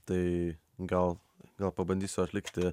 tai gal gal pabandysiu atlikti